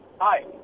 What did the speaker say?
Hi